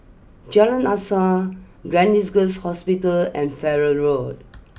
Jalan Asas Gleneagles Hospital and Farrer Road